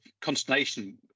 consternation